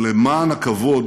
ולמען הכבוד